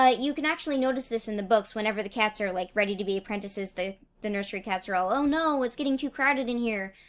ah you can actually notice this in the books whenever the cats are, like, ready to be apprentices they the nursery cats are all, oh no! it's getting, too crowded in here!